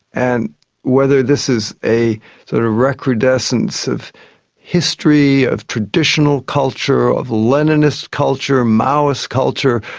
and whether this is a sort of recrudescence of history, of traditional culture, of leninist culture, maoist culture,